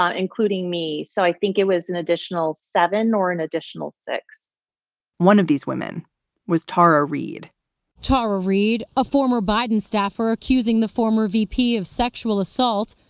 um including me. so i think it was an additional seven or an additional six one of these women was tara reid tara reid, a former biden staffer accusing the former v p. of sexual assault,